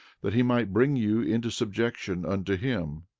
that he might bring you into subjection unto him,